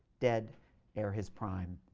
dead ere his prime.